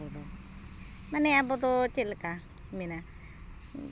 ᱢᱟᱱᱮ ᱟᱵᱚᱫᱚ ᱪᱮᱫᱠᱟ ᱢᱮᱱᱟ